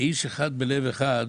איש אחד בלב אחד,